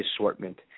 assortment